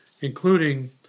including